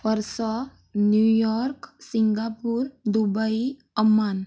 Warsaw New York Singapore Dubai Amman